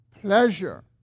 pleasure